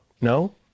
no